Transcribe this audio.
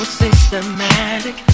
systematic